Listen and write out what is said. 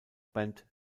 band